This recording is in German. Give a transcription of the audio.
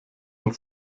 und